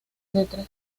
tres